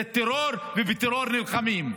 זה טרור, ובטרור נלחמים.